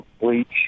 bleach